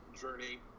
journey